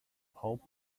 pope